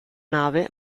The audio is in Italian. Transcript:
nave